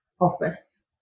office